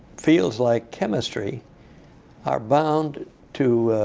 fields like chemistry are bound to